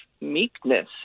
meekness